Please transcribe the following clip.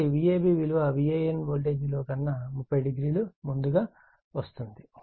కాబట్టి Vab voltage విలువ Van voltage విలువ కన్నా 30o ముందుగా వస్తుంది